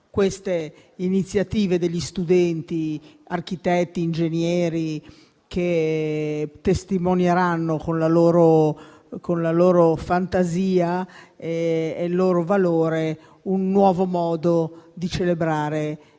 queste iniziative degli studenti di architettura e di ingegneria che testimonieranno con la loro fantasia e con il loro valore un nuovo modo di celebrare